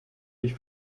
dich